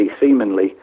seemingly